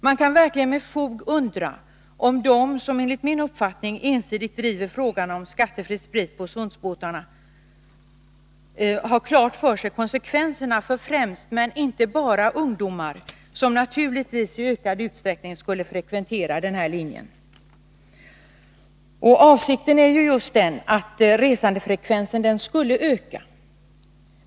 Man kan verkligen med fog undra om de som enligt min uppfattning ensidigt driver frågan om skattefri sprit på Öresundsbåtarna har klart för sig konsekvenserna för främst, men inte bara, ungdomar som naturligtvis i ökad utsträckning skulle frekventera den här linjen. Avsikten är ju just att resandefrekvensen skulle öka.